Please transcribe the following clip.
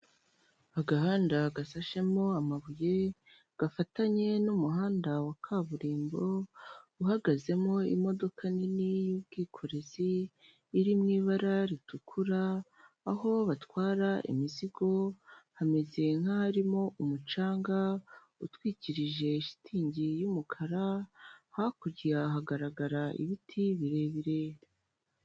Agahanda gashashemo amabuye gafatanye n' umuhanda wa kaburimbo. Uhagezemo imodoka nini y'ubwikorezi iri mu ibara ritukura. Aho batwara imizigo. Hameze nkaharimo umucanga utwikirije ishitingi y' umukara , hakurya hagaragara ibiti birebire.